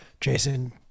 Jason